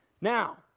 Now